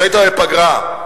כשהיית בפגרה,